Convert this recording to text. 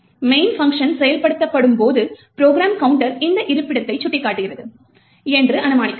main function செயல்படுத்தப்படும்போது program counter இந்த இருப்பிடத்தை சுட்டிக்காட்டுகிறது என்று அனுமானிக்கலாம்